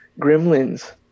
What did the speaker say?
gremlins